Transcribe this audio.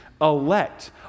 elect